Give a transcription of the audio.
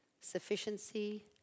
sufficiency